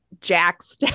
Jack's